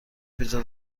پیتزا